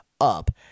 up